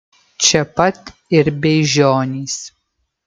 čia pat ir beižionys